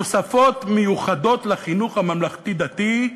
תוספות מיוחדות לחינוך הממלכתי-דתי,